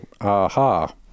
Aha